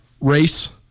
race